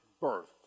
birth